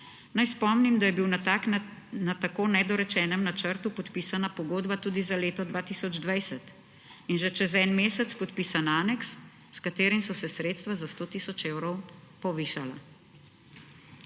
Naj spomnim, da je bil na tako nedorečenem načrtu podpisana pogodba tudi za leto 2020 in že čez en mesec podpisan aneks, s katerim so se sredstva za 100 tisoč evrov povišala.